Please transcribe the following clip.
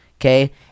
Okay